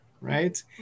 right